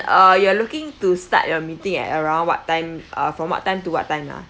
uh you are looking to start your meeting at around what time uh from what time to what time ah